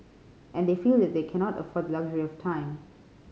and they feel that they cannot afford the luxury of time